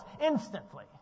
instantly